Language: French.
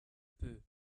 peu